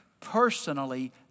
personally